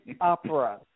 opera